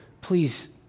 please